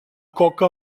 coque